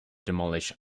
demolish